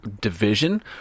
division